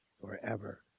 forever